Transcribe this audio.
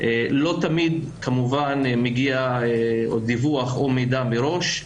לא תמיד כמובן מגיע דיווח או מידע מראש,